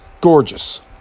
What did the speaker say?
gorgeous